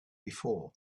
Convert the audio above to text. before